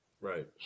Right